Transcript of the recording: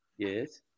Yes